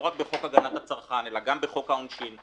לא רק בחוק הגנת הצרכן אלא גם בחוק העונשין,